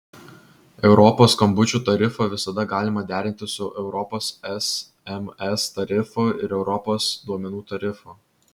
europos skambučių tarifą visada galima derinti su europos sms tarifu ir europos duomenų tarifu